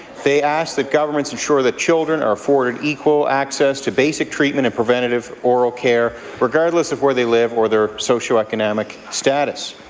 they asked that governments ensure that children are afforded equal access to basic treatment and preventive oral care regardless of where they live or their socioeconomic status.